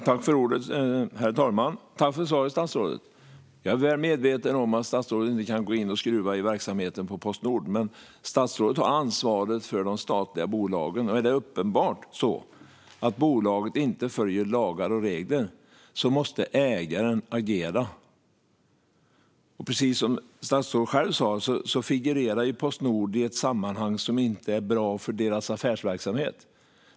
Herr talman! Jag tackar statsrådet för svaret. Jag är väl medveten om att statsrådet inte kan gå in och skruva i verksamheten på Postnord. Men statsrådet har ansvaret för de statliga bolagen. Om det är uppenbart att ett bolag inte följer lagar och regler måste ägaren agera. Precis som statsrådet själv sa figurerar ju Postnord i ett sammanhang som inte är bra för deras affärsverksamhet.